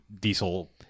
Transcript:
diesel